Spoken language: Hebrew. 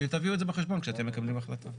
תביאו את זה בחשבון כשאתם מקבלים החלטות.